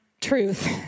truth